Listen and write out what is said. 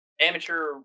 amateur